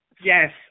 Yes